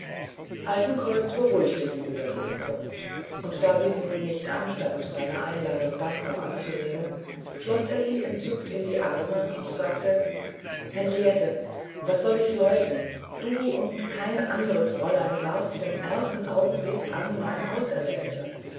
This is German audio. altenkreuz beruhigte sie über diesen punkt und da sie nun nicht anstand seine einladung dankbar anzunehmen schloß er sie entzückt in die arme und sagte henriette was soll ich's leugnen du und kein anderes fräulein warst vom ersten augenblicke an meine auserwählte